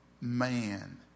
man